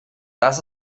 das